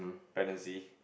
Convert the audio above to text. pregnancy